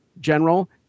general